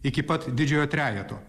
iki pat didžiojo trejeto